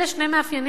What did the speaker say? אלה שני מאפיינים,